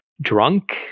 drunk